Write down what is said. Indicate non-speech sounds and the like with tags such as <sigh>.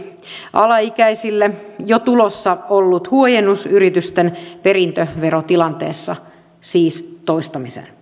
alaikäisille jo tulossa ollut huojennus yritysten perintöverotilanteessa siis toistamiseen <unintelligible>